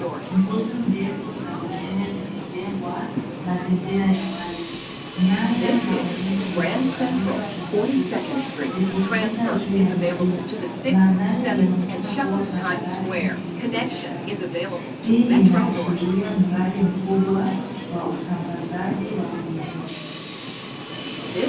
Nguzo ndefu za umeme zimejengwa, mazingira ya wazi. Nyaya za umeme zimeunganishwa kwenye nguzo zikipita juu ya milima. Mandhari inaonekana kuwa tambarare na yenye vichaka vingi. Hii inaashiria mradi mkubwa wa usambazaji wa umeme.